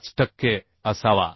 5 टक्के असावा